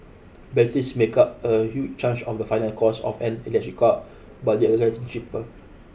batteries make up a huge of the final cost of an electric car but they are getting cheaper